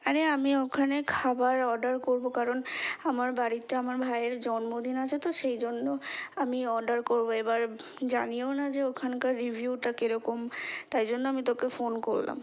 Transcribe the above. আরে আমি ওখানে খাবার অর্ডার করবো কারণ আমার বাড়িতে আমার ভাইয়ের জন্মদিন আছে তো সেই জন্য আমি অর্ডার করবো এবার জানিও না যে ওখানকার রিভিউটা কী রকম তাই জন্য আমি তোকে ফোন করলাম